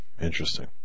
interesting